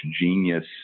genius